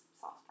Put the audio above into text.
sauce